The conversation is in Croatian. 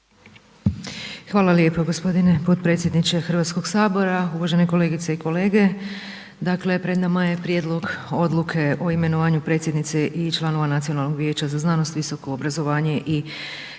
Hvala lijepo gospodine potpredsjedniče Hrvatskog sabora, uvažene kolegice i kolege. Dakle pred nama je prijedlog Odluke o imenovanju predsjednice i članova Nacionalnog vijeća za znanost, visoko obrazovanje i tehnološki